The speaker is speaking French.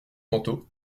manteau